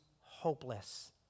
hopeless